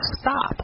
stop